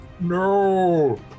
No